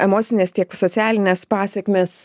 emocines tiek socialines pasekmes